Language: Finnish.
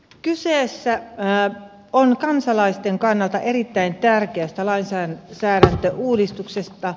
kyseessä on kansalaisten kannalta erittäin tärkeä lainsäädäntöuudistus